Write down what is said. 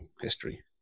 history